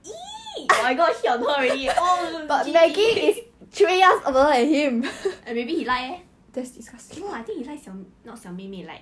!ee! my god hit on her already oh G_G maybe he like leh true [what] I think he like 小 not 小妹妹 like